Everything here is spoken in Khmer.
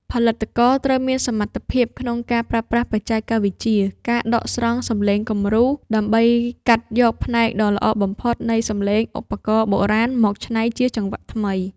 ផលិតករត្រូវមានសមត្ថភាពក្នុងការប្រើប្រាស់បច្ចេកវិទ្យា ការដកស្រង់សំឡេងគំរូ ដើម្បីកាត់យកផ្នែកដ៏ល្អបំផុតនៃសំឡេងឧបករណ៍បុរាណមកច្នៃជាចង្វាក់ថ្មី។